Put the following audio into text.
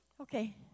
Okay